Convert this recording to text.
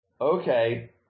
Okay